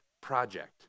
project